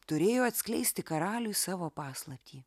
turėjo atskleisti karaliui savo paslaptį